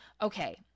Okay